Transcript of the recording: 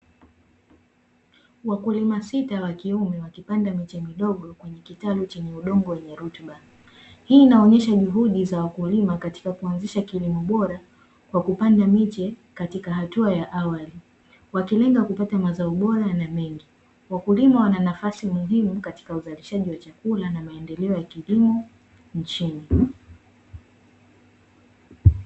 Wakulima sita wa kiume, wakipanda miche midogo kwenye kitalu chenye udongo wenye rutuba. Hii inaonesha juhudi za wakulima katika kuanzisha kilimo bora kwa kupanda miche katika hatua ya awali, wakilenga kupata mazao bora na mengi. Wakulima wana nafasi muhimu katika uzalishaji wa chakula na maendeleo ya kilimo nchini.